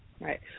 Right